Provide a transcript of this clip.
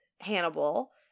Hannibal